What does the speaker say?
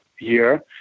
year